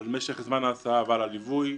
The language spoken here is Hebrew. והם לגבי משך זמן ההסעה ועל הליווי.